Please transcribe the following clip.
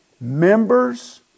Members